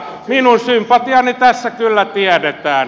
minun sympatiani tässä kyllä tiedetään